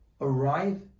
arrive